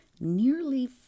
nearly